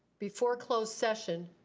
before closed session,